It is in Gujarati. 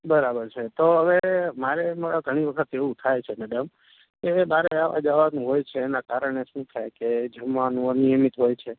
બરાબર છે તો હવે મારે ઘણી વખત એવું થાય છે મૅડમ કે મારે આવવા જવાનું હોય છે એના કારણે શું થાય છે કે જમવાનું અનિયમિત હોય છે